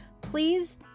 please